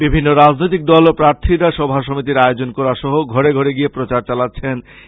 বিভিন্ন রাজনৈতিক দল ও প্রার্থীরা সভা সমিতির আয়োজন করা সহ ঘরে ঘরে গিয়ে প্রচার চালাচ্ছেন